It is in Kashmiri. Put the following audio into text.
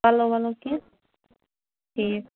پَلو وَلو کینٛہہ ٹھیٖک